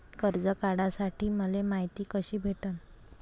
कर्ज काढासाठी मले मायती कशी भेटन?